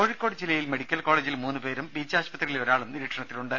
കോഴിക്കോട് ജില്ലയിൽ മെഡിക്കൽ കോളജിൽ മൂന്നു പേരും ബീച്ച് ആശു പത്രിയിൽ ഒരാളും നിരീക്ഷണത്തിലുണ്ട്